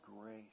grace